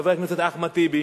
חבר הכנסת אחמד טיבי,